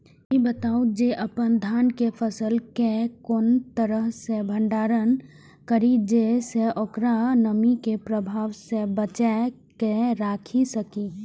ई बताऊ जे अपन धान के फसल केय कोन तरह सं भंडारण करि जेय सं ओकरा नमी के प्रभाव सं बचा कय राखि सकी?